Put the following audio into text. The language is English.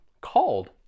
called